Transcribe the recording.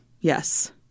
Yes